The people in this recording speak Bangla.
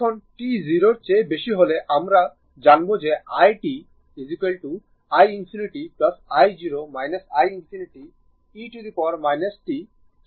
এখন t 0 এর বেশি হলে আমরা জানব যে i t i ∞ i0 i ∞ e t tτ